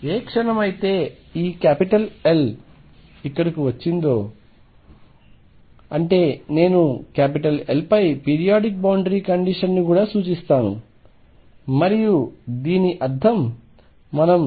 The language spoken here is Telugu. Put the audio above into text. ఏ క్షణమైతే ఈ L ఇక్కడకు వచ్చిందో అంటే నేను L పై పీరియాడిక్ బౌండరీ కండిషన్ ని కూడా సూచిస్తాను మరియు దీని అర్థంk02nπL n123 మరియు ±1 ±2 మరియు మొదలైనవి